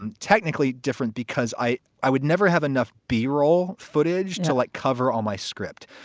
and technically different, because i, i would never have enough b roll footage to, like, cover all my script.